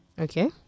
Okay